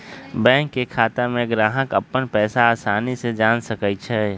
bank के खाता में ग्राहक अप्पन पैसा असानी से जान सकई छई